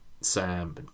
Sam